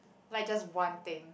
like just one thing